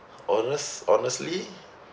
honest~ honestly